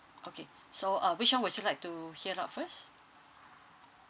okay so uh which one would you like to hear out first